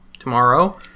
tomorrow